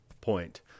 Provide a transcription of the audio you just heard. point